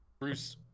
Bruce